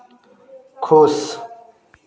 खुश